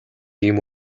ийм